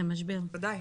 בואו